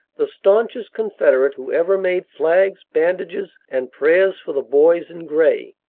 the staunchest confederate who ever made flags, bandages and prayers for the boys in gray.